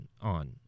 on